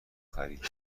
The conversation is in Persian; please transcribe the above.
خریدیم